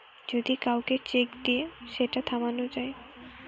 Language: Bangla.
যদি কাউকে চেক দিয়ে সেটা থামানো যায়